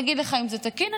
להגיד לך אם זה תקין?